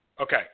Okay